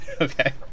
Okay